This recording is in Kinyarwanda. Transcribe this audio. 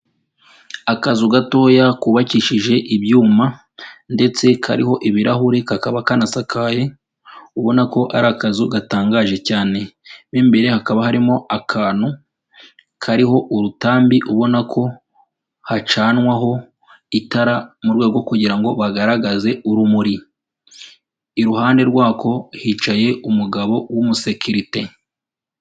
Akazu gatoya kubakishije ibyuma ndetse kariho ibirahure kakaba kanasakaye, ubona ko ari akazu gatangaje cyane, mo imbere hakaba harimo akantu kariho urutambi, ubona ko hacanwaho itara mu rwego rwo kugira ngo bagaragaze urumuri, iruhande rwako hicaye umugabo w'umusekerite.